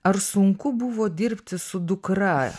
ar sunku buvo dirbti su dukra